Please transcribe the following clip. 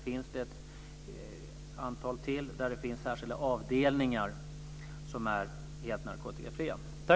Det finns ett antal till där det finns särskilda avdelningar som är helt narkotikafria.